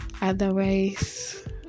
otherwise